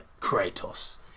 Kratos